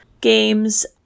games